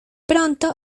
pronto